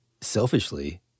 selfishly